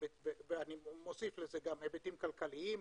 ואני מוסיף לזה היבטים כלכליים,